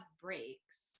breaks